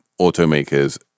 automakers